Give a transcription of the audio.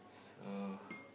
so